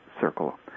circle